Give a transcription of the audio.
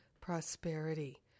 prosperity